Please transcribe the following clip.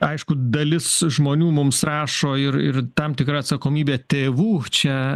aišku dalis žmonių mums rašo ir ir tam tikra atsakomybė tėvų čia